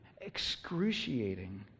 excruciating